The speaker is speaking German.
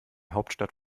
hauptstadt